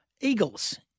Eagles